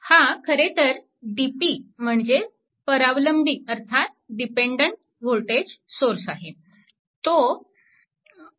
हा खरे तर DP म्हणजेच परावलंबी अर्थात डिपेंडेंट वोल्टेज सोर्स आहे